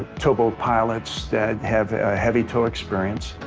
tow-boat pilots that have a heavy tow experience.